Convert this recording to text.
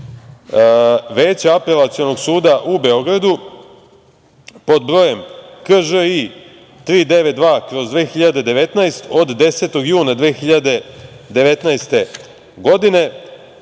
veća Apelacionog suda u Beogradu, pod brojem KŽI 392/2019 od 10. juna 2019. godine.